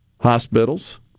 hospitals